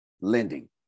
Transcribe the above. lending